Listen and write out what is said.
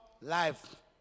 life